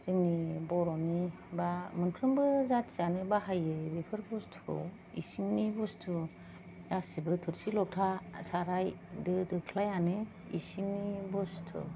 जोंनि बर'नि बा मोनफ्रोमबो जाथियानो बाहायो बेफोर बुस्थुखौ इसिंनि बुस्थु गासिबो थुरसि लथा साराय दो दोख्लायानो इसिंनि बुस्थु